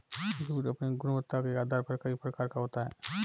jute अपनी गुणवत्ता के आधार पर कई प्रकार का होता है